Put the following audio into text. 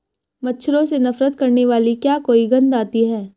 मच्छरों से नफरत करने वाली क्या कोई गंध आती है?